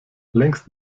längst